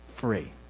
free